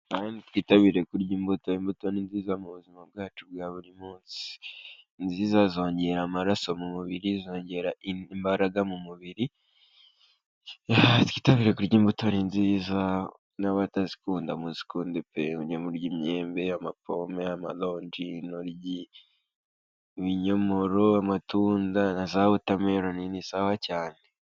Twitabire kurya imbuto, imbuto ni nziza mu buzima bwacu bwa buri munsi, ni nziza zongera amaraso mu mubiri, zongera imbaraga mu mubiri, twitabire kurya imbuto ni nziza, n'abatazikunda muzikunde pe, muge murya imyembe, amapome, amaronji, intoryi, binyomoro, amatunda na za wotameroni ni sawa cyane.